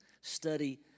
study